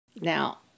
Now